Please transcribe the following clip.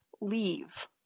leave